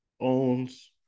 owns